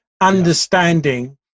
Understanding